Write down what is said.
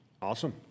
Awesome